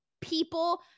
People